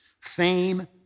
fame